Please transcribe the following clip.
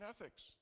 ethics